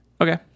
Okay